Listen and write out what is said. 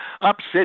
Upset